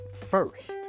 first